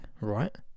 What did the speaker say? Right